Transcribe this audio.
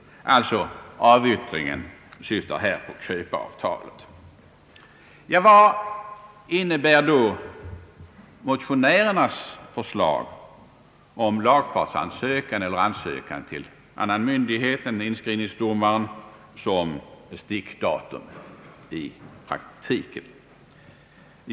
Avyttringen syftar alltså även här på köpeavtalet. Ja, vad innebär då motionärernas förslag om dagen för lagfartsansökan, eller ansökan till annan myndighet än inskrivningsdomaren, som stickdatum i praktiken?